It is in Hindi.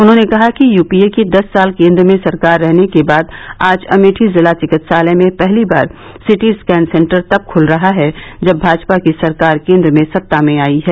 उन्होंने कहा कि यूपीए की दस साल केन्द्र में सरकार रहने के बाद आज अमेठी जिला चिकित्सालय में पहली बार सीटी स्कैन सेन्टर तब खुल रहा है जब भाजपा की सरकार केन्द्र में सत्ता में आयी है